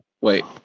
Wait